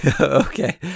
Okay